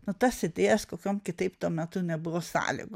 na tas idėjas kokiom kitaip tuo metu nebuvo sąlygų